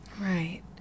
Right